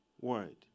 word